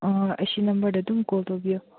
ꯑꯩ ꯁꯤ ꯅꯝꯕꯔꯗ ꯑꯗꯨꯝ ꯀꯣꯜ ꯇꯧꯕꯤꯌꯣ